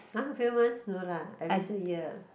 [huh] a few months no lah at least a year ah